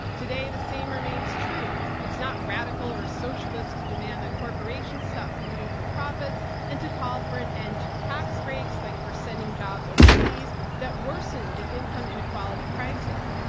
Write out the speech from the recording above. today, the same remains true. it's not radical or socialist to demand that corporation stop polluting for profits and to call for an end to tax breaks like for sending jobs overseas that worsen the income inequality crisis.